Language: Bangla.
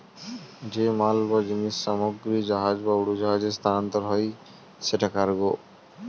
যে মাল বা জিনিস সামগ্রী জাহাজ বা উড়োজাহাজে স্থানান্তর হয় সেটা কার্গো